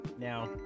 Now